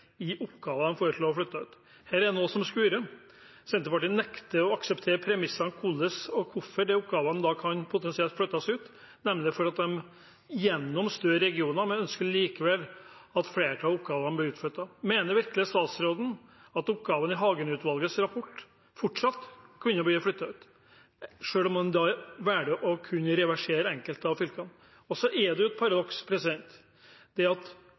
i å støtte Hagen-utvalget i oppgavene de foreslo å flytte ut. Her er det noe som skurrer. Senterpartiet nekter å akseptere premissene for hvordan og hvorfor de oppgavene potensielt kan flyttes ut, nemlig gjennom større regioner, men ønsker likevel at flere av oppgavene blir flyttet ut. Mener virkelig statsråden at oppgavene i Hagen-utvalgets rapport fortsatt kunne vært flyttet ut – selv om man velger å reversere enkelte av fylkene? Jeg hadde forutsett at statsråden var litt mer ambisiøs, så det er jo et paradoks